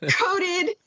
coated